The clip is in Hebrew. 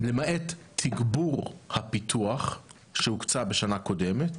למעט תגבור הפיתוח שהוקצה בשנה הקודמת,